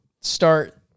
start